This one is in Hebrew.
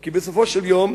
כי בסופו של דבר,